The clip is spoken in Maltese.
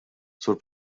sur